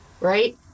Right